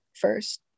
first